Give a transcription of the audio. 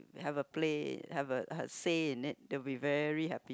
have a play have a say in it they will be very happy